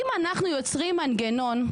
אם אנחנו יוצרים מנגנון,